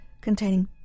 containing